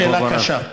עכשיו שאלה קשה.